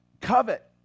covet